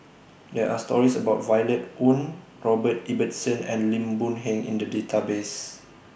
There Are stories about Violet Oon Robert Ibbetson and Lim Boon Heng in The Database